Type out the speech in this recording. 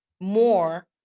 more